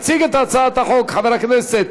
יציג את הצעת החוק חבר הכנסת